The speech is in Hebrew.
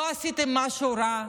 לא עשיתן משהו רע,